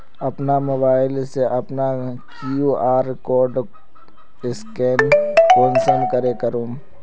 अपना मोबाईल से अपना कियु.आर कोड स्कैन कुंसम करे करूम?